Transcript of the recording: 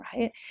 right